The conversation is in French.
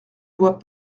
voit